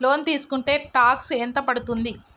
Loan తీస్కుంటే tax ఎంత పడ్తుంది?